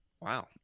Wow